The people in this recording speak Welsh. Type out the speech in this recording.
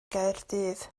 gaerdydd